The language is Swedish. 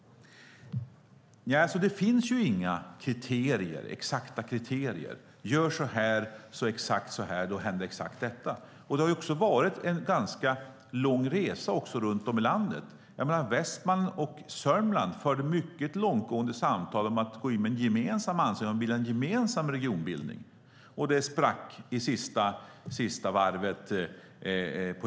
Nej, det finns inga exakta kriterier: Gör exakt så här; då händer exakt detta. Det har varit en ganska lång resa också runt om i landet. Västmanland och Sörmland förde mycket långtgående samtal om att gå in med en gemensam ansökan och göra en gemensam regionbildning. Det sprack på sista varvet.